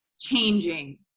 changing